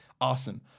awesome